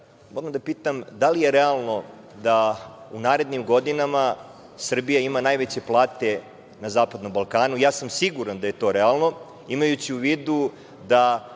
odgovori da li je realno da u narednim godinama Srbija ima najveće plate na zapadnom Balkanu? Ja sam siguran da je to realno, imajući u vidu da